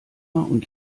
und